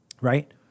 right